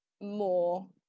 more